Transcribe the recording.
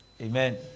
Amen